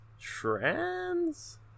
trans